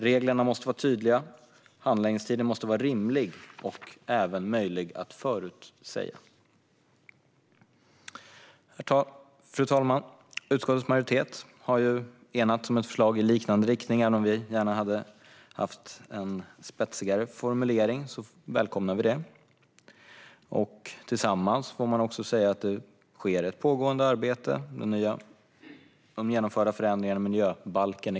Reglerna måste vara tydliga, och handläggningstiden måste vara rimlig och även möjlig att förutspå. Fru talman! Utskottets majoritet har enats om ett förslag i liknande riktning. Även om vi gärna hade haft en spetsigare formulering välkomnar vi förslaget. Tillsammans sker ett pågående arbete, till exempel de nyligen genomförda förändringarna i miljöbalken.